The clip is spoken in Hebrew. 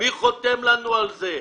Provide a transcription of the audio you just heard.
מי חותם לנו על זה?